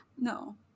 No